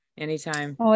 Anytime